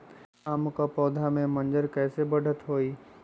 आम क पौधा म मजर म कैसे बढ़त होई?